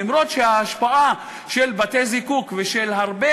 למרות ההשפעה של בתי-הזיקוק ושל הרבה